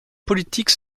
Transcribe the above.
politique